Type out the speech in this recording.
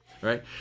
right